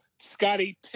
Scotty